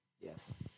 Yes